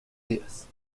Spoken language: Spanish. días